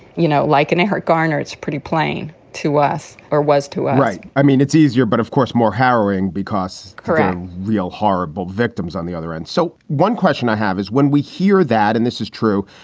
you know, like in eric garner, it's pretty plain to us or was too right i mean, it's easier, but of course, more harrowing because it's um real horrible victims on the other end. so one question i have is when we hear that and this is true,